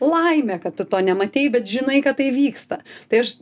laimė kad tu to nematei bet žinai kad tai vyksta tai aš